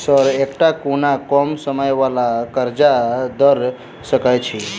Sir एकटा कोनो कम समय वला कर्जा दऽ सकै छी?